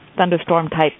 thunderstorm-type